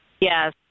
Yes